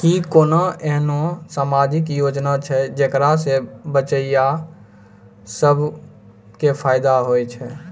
कि कोनो एहनो समाजिक योजना छै जेकरा से बचिया सभ के फायदा होय छै?